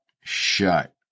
shut